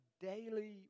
daily